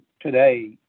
today